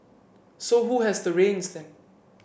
so who has the reins then